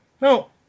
No